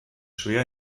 schwer